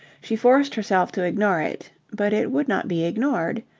she forced herself to ignore it, but it would not be ignored.